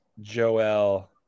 Joel